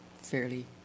fairly